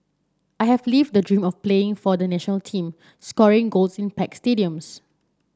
I have lived the dream of playing for the national team scoring goals in packed stadiums